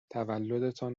تولدتان